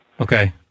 okay